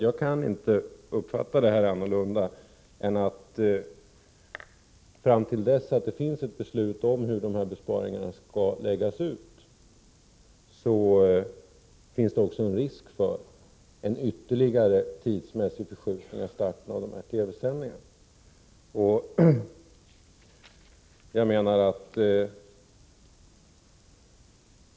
Jag kan inte förstå annat än att det fram till dess att det finns ett beslut om hur besparingarna skall utformas också finns en risk för en ytterligare tidsmässig förskjutning av starten för de regionala TV-sändningarna.